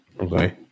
Okay